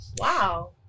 Wow